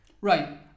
Right